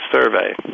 survey